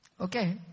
Okay